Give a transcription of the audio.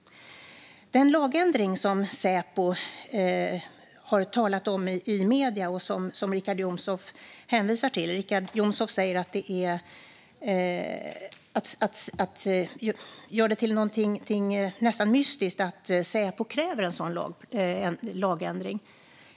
Richard Jomshof hänvisar till den lagändring som Säpo har talat om i medierna och gör det till något nästan mystiskt att Säpo kräver en sådan lagändring.